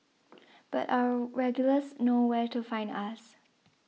but our regulars know where to find us